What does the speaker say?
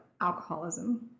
alcoholism